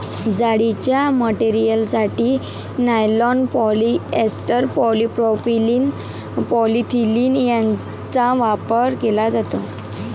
जाळीच्या मटेरियलसाठी nylon, polyester, polypropylene, polyethylene यांचा वापर केला जातो